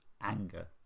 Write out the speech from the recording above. anger